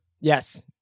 Yes